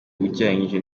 ugereranije